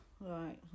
right